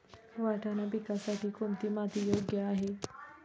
वाटाणा पिकासाठी कोणती माती योग्य आहे?